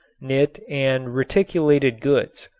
knit and reticulated goods.